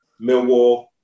Millwall